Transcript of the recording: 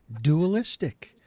dualistic